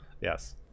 Yes